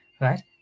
right